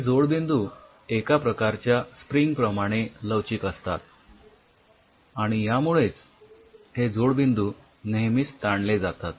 हे जोडबिंदू एका प्रकारच्या स्प्रिंग प्रमाणे लवचिक असतात आणि यामुळेच हे जोडबिंदू नेहमीच ताणले जातात